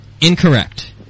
Incorrect